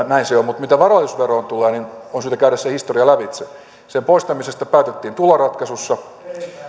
näin se on mutta mitä varallisuusveroon tulee niin on syytä käydä se historia lävitse sen poistamisesta päätettiin tuloratkaisussa